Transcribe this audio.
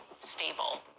stable